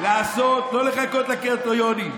לעשות, לא לחכות לקריטריונים.